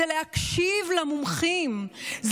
זה להקשיב למומחים,